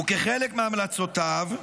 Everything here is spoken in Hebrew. וכחלק מהמלצותיו,